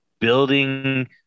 building